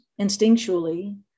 instinctually